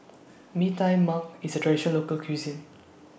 Mee Tai Mak IS A Traditional Local Cuisine